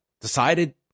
decided